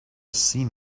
seen